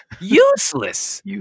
useless